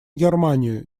германию